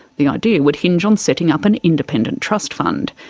the idea would hinge on setting up an independent trust fund.